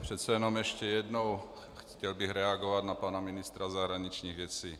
Přece jenom ještě jednou, chtěl bych reagovat na pana ministra zahraničních věcí.